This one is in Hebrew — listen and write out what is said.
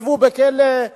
ישבו בכלא,